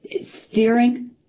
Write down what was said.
steering